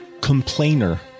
complainer